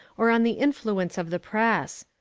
or on the influence of the press.